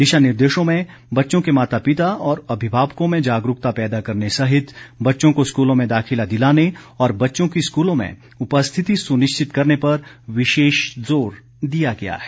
दिशा निर्देशों में बच्चों के माता पिता और अभिभावकों में जागरूकता पैदा करने सहित बच्चों को स्कूलों में दाखिला दिलाने और बच्चों की स्कूलों में उपस्थिति सुनिश्चित करने पर विशेष जोर दिया गया है